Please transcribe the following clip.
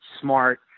smart